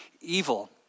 evil